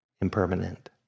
impermanent